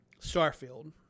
Starfield